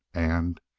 and